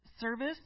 service